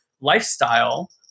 lifestyle